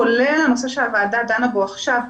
כולל הנושא שהוועדה דנה בו עכשיו,